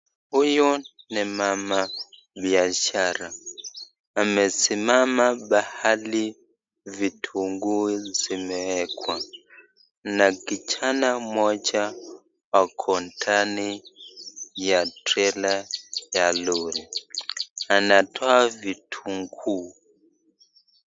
Huyu ni mamabiashara amesimama pahili vitunguu zimeekwa na kijana moja ako ndani ya trela ya lori anatoa vituunguu.